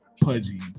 pudgy